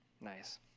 Nice